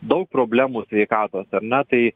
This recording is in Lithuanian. daug problemų sveikatos ar ne tai